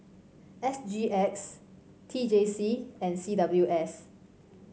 S G X T J C and C W S